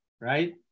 right